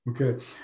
Okay